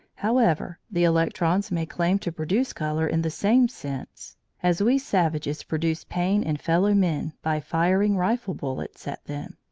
however, the electrons may claim to produce colour in the same sense as we savages produce pain in fellow-men by firing rifle-bullets at them.